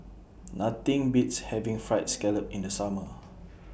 Nothing Beats having Fried Scallop in The Summer